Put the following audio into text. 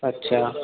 अच्छा